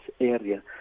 area